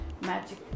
Magic